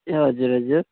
ए हजुर हजुर